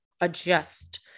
adjust